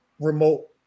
remote